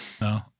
No